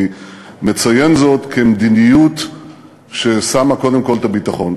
אני מציין זאת כמדיניות ששמה קודם כול את הביטחון.